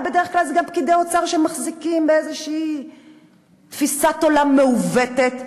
ובדרך כלל אלו פקידי האוצר שמחזיקים באיזושהי תפיסת עולם מעוותת,